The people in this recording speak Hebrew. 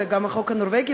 וגם החוק הנורבגי,